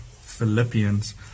Philippians